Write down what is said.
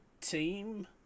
team